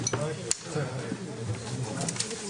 בשעה 12:50.